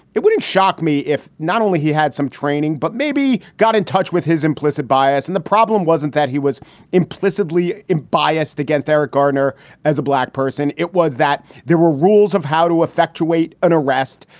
it wouldn't shock me if not only he had some training, but maybe got in touch with his implicit bias. and the problem wasn't that he was implicitly biased against eric garner as a black person. it was that there were rules of how to effectuate an arrest.